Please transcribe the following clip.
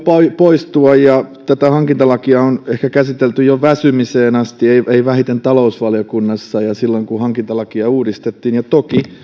poistua ja tätä hankintalakia on ehkä käsitelty jo väsymiseen asti ei ei vähiten talousvaliokunnassa ja silloin kun hankintalakia uudistettiin toki